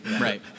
right